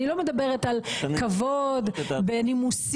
אני לא מדברת על כבוד ונימוסים,